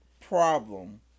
problem